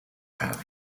gaan